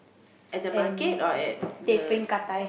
at the market or at the